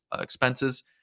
expenses